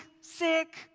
sick